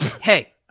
hey